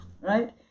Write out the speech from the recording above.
right